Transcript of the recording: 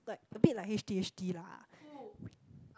like a bit like H T H T lah